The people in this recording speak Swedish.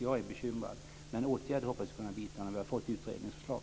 Jag är bekymrad, men åtgärder hoppas jag att vi ska kunna vidta när vi har fått utredningens förslag.